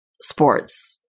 sports